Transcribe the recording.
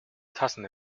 tassen